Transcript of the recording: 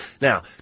Now